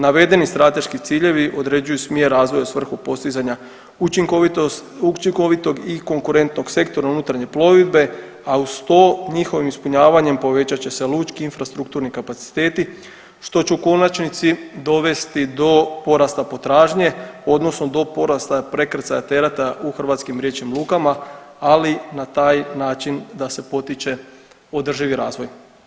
Navedeni strateški ciljevi određuju smjer razvoja u svrhu postizanja učinkovitog i konkurentnog sektora unutarnje plovidbe, a uz to njihovim ispunjavanjem povećat će lučki infrastrukturni kapaciteti što će u konačnici dovesti do porasta potražnje odnosno do porasta prekrcaja tereta u hrvatskim riječkim lukama, ali na taj način da se potiče održivi razvoj.